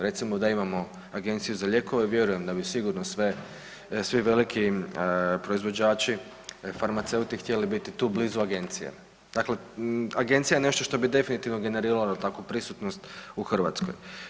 Recimo da imamo Agenciju za lijekove vjerujem da bi sigurno svi veliki proizvođači farmaceuti htjeli biti tu blizu agencije, dakle agencija je nešto što bi definitivno generirala takvu prisutnost u Hrvatskoj.